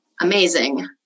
amazing